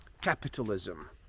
Capitalism